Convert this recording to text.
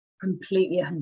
completely